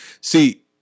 see